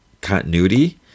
continuity